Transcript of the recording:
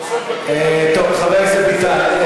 חבר הכנסת ביטן,